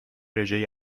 رژه